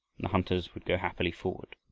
the hunters would go happily forward.